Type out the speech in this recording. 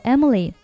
Emily